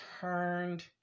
turned